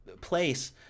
place